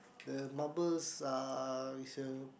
the marbles uh is a